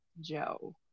Joe